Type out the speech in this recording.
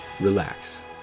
relax